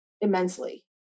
immensely